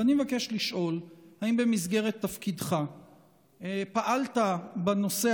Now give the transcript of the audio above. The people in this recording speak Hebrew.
ואני מבקש לשאול: האם במסגרת תפקידך פעלת בנושא